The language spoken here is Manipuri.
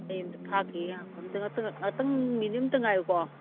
ꯑꯩ ꯑꯃꯨꯛꯇ ꯐꯥꯛꯈꯤꯒꯦ ꯉꯥꯏꯈꯣ ꯉꯥꯏꯍꯥꯛꯇꯪ ꯃꯤꯅꯤꯠ ꯑꯃꯇ ꯉꯥꯏꯌꯨꯀꯣ